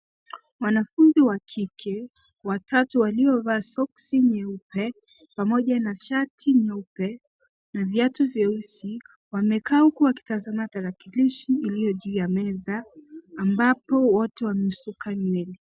Wanafunzi watatu wa kike waliovaa soksi nyeupe pamoja na shati nyeupe na viatu vyeusi, wamekaa huku wakitazama tarakilishi iliyo juu ya meza, ambapo wote wamesuka nywele.